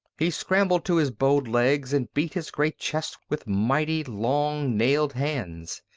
he scrambled to his bowed legs and beat his great chest with mighty, long-nailed hands.